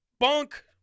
Bunk